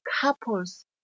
couples